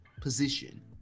position